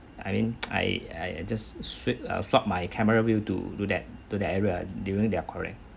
I mean I I just shoot uh swap my camera view to do that to the area during they are quarrelling